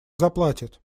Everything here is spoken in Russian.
заплатит